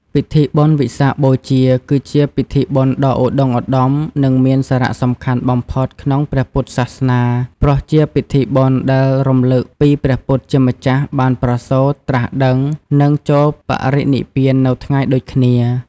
ពិធីបុណ្យវិសាខបូជា គឺជាពិធីបុណ្យដ៏ឧត្ដុង្គឧត្ដម និងមានសារៈសំខាន់បំផុតក្នុងព្រះពុទ្ធសាសនា ព្រោះជាពិធីបុណ្យដែលរំលឹកពីព្រះពុទ្ធជាម្ចាស់ បានប្រសូត ត្រាស់ដឹង និងចូលបរិនិព្វាននៅថ្ងៃដូចគ្នា។